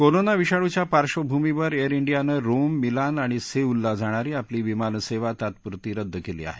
corona विषाणूव्या पार्बंभूमीवर Air डियानं रोम मिलान आणि सेऊल ला जाणारी आपली विमानसेवा तात्पुरती रद्द केली आहे